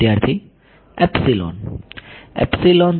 વિદ્યાર્થી એપ્સિલોન